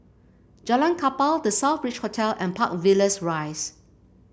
Jalan Kapal The Southbridge Hotel and Park Villas Rise